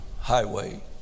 highway